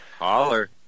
Holler